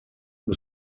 uno